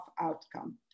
outcome